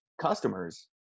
customers